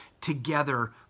together